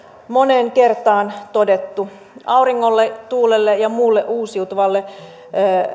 moneen kertaan todettu auringolle tuulelle ja muulle uusiutuvalle